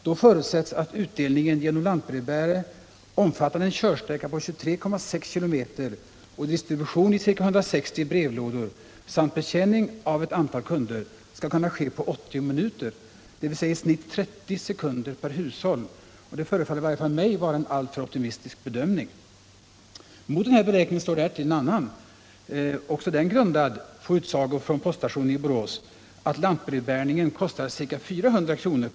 Då förutsätts att utdelningen — omfattande en körsträcka på 23,6 km, distribution i ca 160 brevlådor samt betjäning av ett antal kunder — skall kunna ske på 80 minuter, dvs. i genomsnitt 30 sekunder per hushåll. Det förefaller i varje fall mig vara en alltför optimistisk bedömning. 85 Mot denna beräkning står en annan, också den grundad på kalkyler som gjorts av poststationen i Borås, att lantbrevbäringen kostar ca 400 kr.